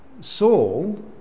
Saul